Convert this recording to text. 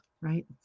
right